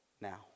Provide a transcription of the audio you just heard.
now